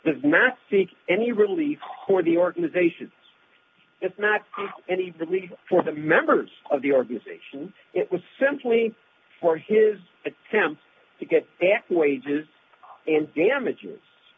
does not seek any relief for the d organization it's not any relief for the members of the organization it was simply for his attempt to get back wages and damages